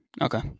Okay